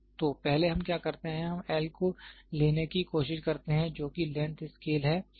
तो पहले हम क्या करते हैं हम L को लेने की कोशिश करते हैं जो कि लेंथ स्केल है